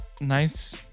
nice